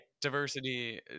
Diversity